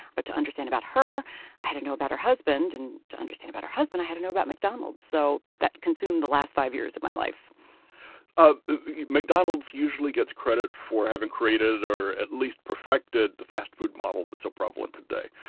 but to understand about her i had to know about her husband. and to understand about her husband i had to know about mcdonald's. so that consumed the last five years of my life ah napoli mcdonald's usually gets credit for having created, or at least having perfected, the fast food model that's so prevalent today.